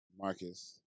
marcus